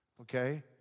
Okay